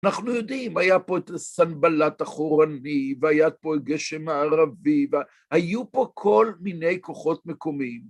אנחנו יודעים, הייתה פה את סנבלט החורני, והייתה פה את גשם הערבי, היו פה כל מיני כוחות מקומיים.